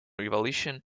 revolution